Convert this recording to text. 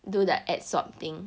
do the add sort thing